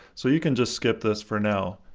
so you can just skip this for now.